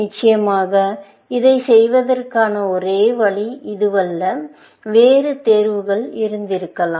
நிச்சயமாக இதைச் செய்வதற்கான ஒரே வழி இதுவல்ல வேறு தேர்வுகள் இருந்திருக்கலாம்